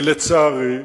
לצערי,